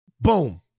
Boom